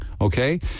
okay